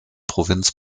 provinz